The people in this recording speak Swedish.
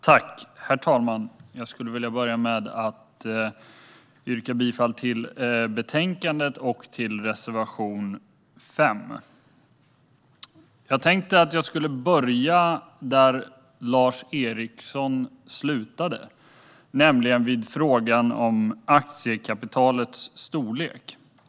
Herr talman! Jag yrkar bifall till betänkandet och till reservation 5. Jag tänkte att jag skulle börja där Lars Eriksson slutade, nämligen med frågan om aktiekapitalets storlek.